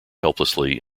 helplessly